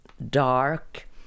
Dark